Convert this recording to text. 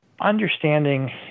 understanding